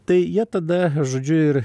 tai jie tada žodžiu ir